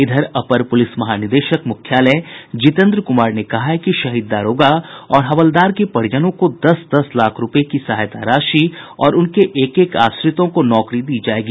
इधर अपर पुलिस महानिदेशक मुख्यालय जितेन्द्र कुमार ने कहा है कि शहीद दारोगा और हवलदार के परिजनों को दस दस लाख रूपये की सहायता राशि और उनके एक एक आश्रितों को नौकरी दी जायेगी